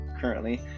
currently